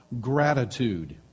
gratitude